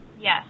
Yes